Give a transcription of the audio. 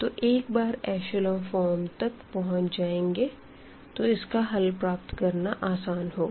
तो एक बार एशलों फ़ॉर्म तक पहुँच जाएंगे तो इसका हल प्राप्त करना आसान होगा